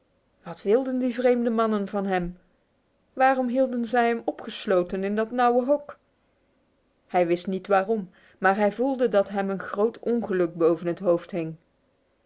wat wilden die vreemde mannen van hem waarom hielden zij hem opgesloten in dit nauwe hok hij wist niet waarom maar hij voelde dat hem een groot ongeluk boven het hoofd hing